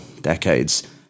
decades